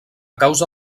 causa